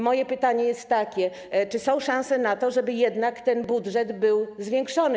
Moje pytanie jest takie: Czy są szanse na to, żeby jednak ten budżet był zwiększony?